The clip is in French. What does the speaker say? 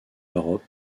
europe